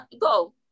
go